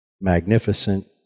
magnificent